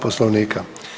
Poslovnika.